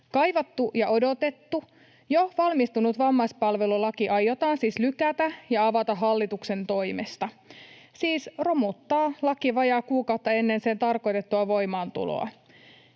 Kaivattu ja odotettu, jo valmistunut vammaispalvelulaki aiotaan siis lykätä ja avata hallituksen toimesta — siis romuttaa laki vajaata kuukautta ennen sen tarkoitettua voimaantuloa.